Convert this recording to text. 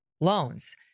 loans